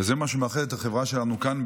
וזה מה שמאחד את החברה שלנו כאן,